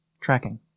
Tracking